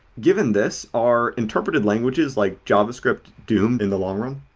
given this, are interpreted languages like javascript doomed in the long run?